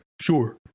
sure